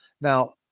Now